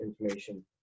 information